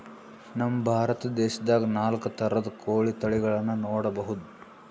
ನಮ್ ಭಾರತ ದೇಶದಾಗ್ ನಾಲ್ಕ್ ಥರದ್ ಕೋಳಿ ತಳಿಗಳನ್ನ ನೋಡಬಹುದ್